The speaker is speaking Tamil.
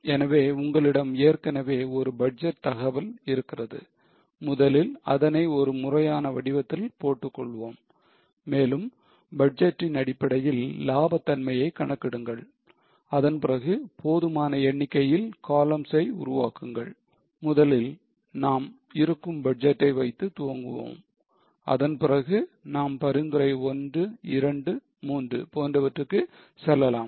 எனவே உங்களிடம் ஏற்கனவே ஒரு பட்ஜெட் தகவல் இருக்கிறது முதலில் அதனை ஒரு முறையான வடிவத்தில் போட்டுக் கொள்வோம் மேலும் பட்ஜெட்டின் அடிப்படையில் லாப தன்மையைக் கணக்கிடுங்கள் அதன்பிறகு போதுமான எண்ணிக்கையில் colunms ஐ உருவாக்கங்கள் முதலில் நாம் இருக்கும் பட்ஜெட்டை வைத்து துவங்குவோம் அதன் பிறகு நாம் பரிந்துரை1 2 3 போன்றவற்றுக்கு செல்லலாம்